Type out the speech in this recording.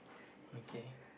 okay